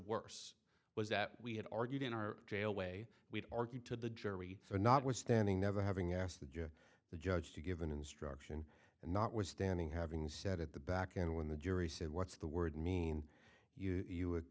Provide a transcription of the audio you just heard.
worse was that we had argued in our jail way we argued to the jury not withstanding never having asked the judge the judge to give an instruction and notwithstanding having said at the back and when the jury said what's the word mean you you